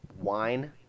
wine